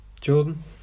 Jordan